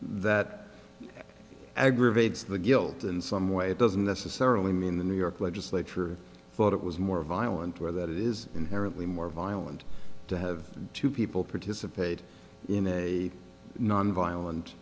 that aggravates the guilt in some way it doesn't necessarily mean the new york legislature thought it was more violent where that is inherently more violent to have two people participate in a non violent